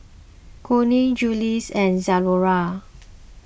Cornell Julie's and Zalora